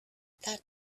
that